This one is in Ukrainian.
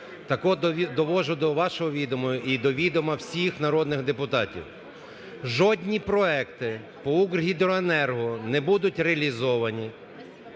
Так от доводжу до вашого відома і до відома всіх народних депутатів: жодні проекти по "Укргідроенерго" не будуть реалізовані,